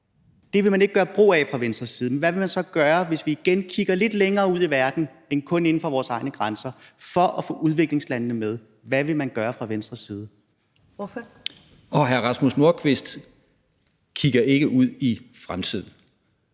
Det vil man ikke gøre brug af fra Venstres side, men hvad vil man så gøre – hvis vi igen kigger lidt længere ud i verden end kun inden for vores egne grænser – for at få udviklingslandene med? Hvad vil man gøre fra Venstres side? Kl. 14:07 Første næstformand (Karen